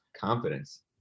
confidence